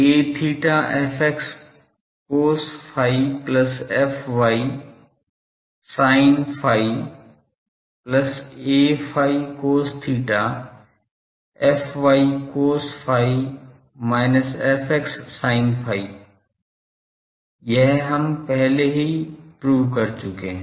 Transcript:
aθ fx cos phi plus fy sin phi plus aϕ cos theta fy cos phi minus fx sin phi यह हम पहले ही सिद्ध कर चुके हैं